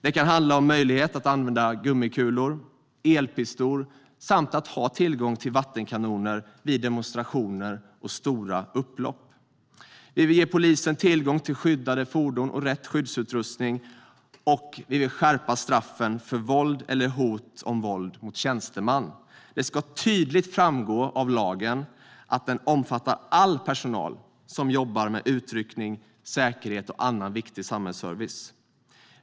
Det kan handla om möjlighet att använda gummikulor och elpistol samt ha tillgång till vattenkanoner vid demonstrationer och stora upplopp. Vi vill ge polisen tillgång till skyddade fordon och rätt skyddsutrustning, och vi vill skärpa straffen för våld eller hot om våld mot tjänsteman. Det ska tydligt framgå av lagen att den omfattar all personal som jobbar med utryckning, säkerhet och annan viktig samhällsservice.